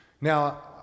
Now